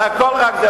זה הכול רק,